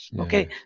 Okay